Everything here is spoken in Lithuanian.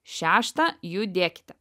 šešta judėkite